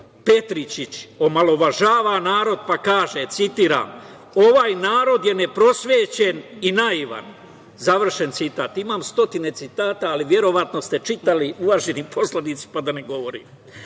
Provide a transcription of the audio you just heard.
Petričić, omalovažava narod pa kaže, citiram: "Ovaj narod je neprosvećen i naivan", završena citat. Imam stotine citata, ali verovatno ste čitali, uvaženi poslanici, pa da ne govorim.